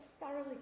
thoroughly